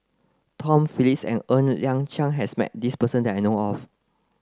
Tom Phillips and Ng Liang Chiang has met this person that I know of